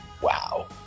wow